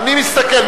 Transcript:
אני מסתכל.